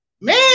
Man